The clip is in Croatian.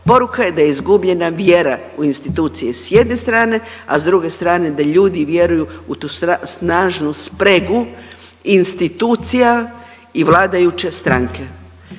Poruka je da je izgubljena vjera u institucije s jedne strane, a s druge strane da ljudi vjeruju u tu snažnu spregu institucija i vladajuće stranke.